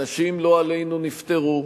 אנשים, לא עלינו, נפטרו,